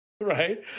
right